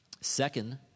Second